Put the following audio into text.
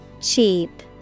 Cheap